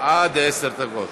עד עשר דקות.